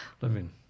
Living